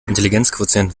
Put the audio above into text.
intelligenzquotienten